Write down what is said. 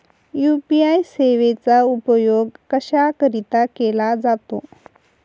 UPI सेवेचा उपयोग कशाकरीता केला जातो?